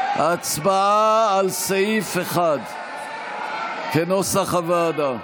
הצבעה על סעיף 1 כנוסח הוועדה.